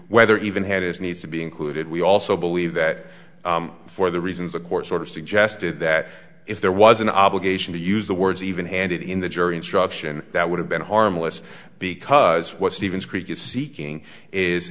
whether even had it's needs to be included we also believe that for the reasons the court sort of suggested that if there was an obligation to use the words even handed in the jury instruction that would have been harmless because what stevens creek is seeking is